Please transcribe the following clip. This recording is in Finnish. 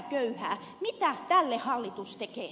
mitä hallitus tälle tekee